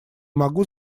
могу